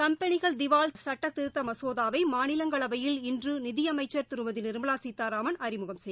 கம்பெனிகள் திவால் சுட்டத் திருத்தமசோதாவைமாநிலங்களவையில் இன்றுநிதியமைச்சர் திருமதிநிர்மலாசீதாராமன் அறிமுகம் செய்கிறார்